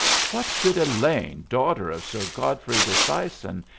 what should elaine, daughter of sir godfrey disseisin,